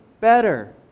better